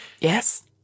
Yes